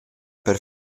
per